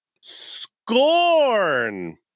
Scorn